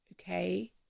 okay